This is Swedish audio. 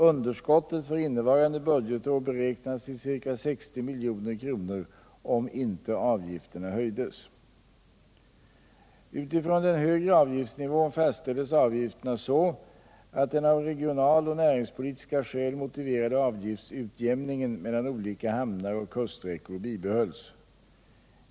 Underskottet för innevarande budgetår beräknades till ca 60 milj.kr. om inte avgifterna höjdes. Utifrån den högre avgiftsnivån fastställdes avgifterna så att den av regionaloch näringspolitiska skäl motiverade avgiftsutjämningen mellan olika hamnar och kuststräckor bibehölls.